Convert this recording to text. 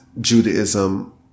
Judaism